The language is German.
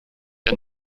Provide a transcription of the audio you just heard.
der